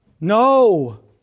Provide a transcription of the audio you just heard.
no